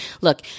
look